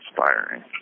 Inspiring